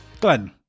Glenn